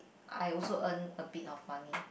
I also earn a bit of money